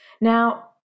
Now